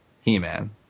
He-Man